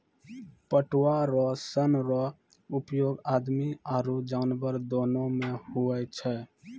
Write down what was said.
पटुआ रो सन रो उपयोग आदमी आरु जानवर दोनो मे हुवै छै